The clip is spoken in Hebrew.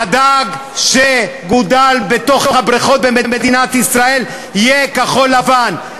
והדג שגדל בתוך הבריכות במדינת ישראל יהיה כחול-לבן.